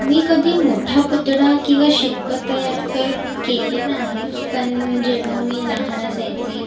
मी कधी मोठा पुतळा किंवा शिल्प तयार तर केले नाही पण जेव्हा मी लहान असायचे